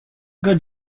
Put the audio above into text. good